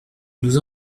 nous